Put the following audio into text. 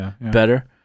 better